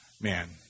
man